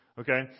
Okay